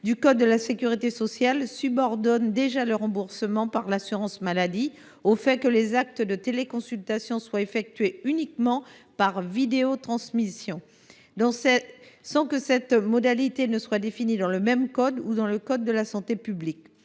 et les pharmaciens, subordonnent déjà le remboursement par l’assurance maladie au fait que les actes de téléconsultation soient effectués uniquement « par vidéotransmission », sans que cette modalité soit définie dans ledit code ou dans le code de la santé publique.